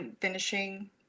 finishing